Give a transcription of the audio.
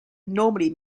normally